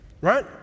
right